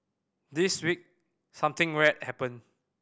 this week something rare happened